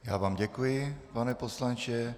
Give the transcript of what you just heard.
Já vám děkuji, pane poslanče.